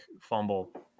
fumble –